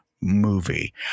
movie